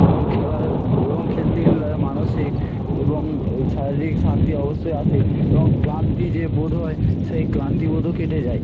এবং খেলায় এবং খেলতে খেলতে তারা মানসিক এবং শারীরিক শান্তি অবশ্যই আসে এবং ক্লান্তি যে বোধ হয় সেই ক্লান্তি বোধও কেটে যায়